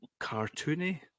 cartoony